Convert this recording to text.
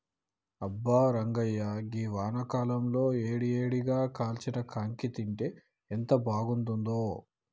అబ్బా రంగాయ్య గీ వానాకాలంలో ఏడి ఏడిగా కాల్చిన కాంకి తింటే ఎంత బాగుంతుందో